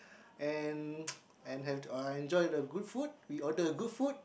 and and had a enjoy the good food we ordered good food